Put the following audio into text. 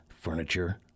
furniture